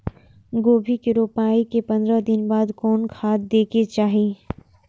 गोभी के रोपाई के पंद्रह दिन बाद कोन खाद दे के चाही?